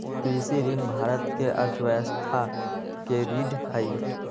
कृषि ऋण भारत के अर्थव्यवस्था के रीढ़ हई